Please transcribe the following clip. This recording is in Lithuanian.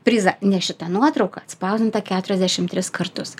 prizą nes šita nuotrauka atspausdinta keturiasdešim tris kartus